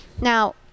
Now